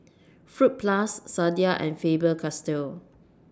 Fruit Plus Sadia and Faber Castell